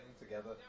together